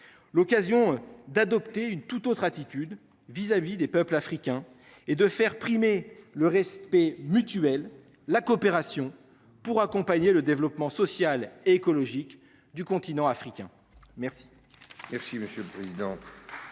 L'occasion d'adopter une toute autre attitude vis-à-vis des peuples africains et de faire primer le respect mutuel, la coopération pour accompagner le développement social et écologique du continent africain. Merci.